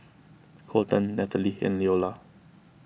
Kolten Nathaly and Leola